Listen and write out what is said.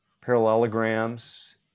parallelograms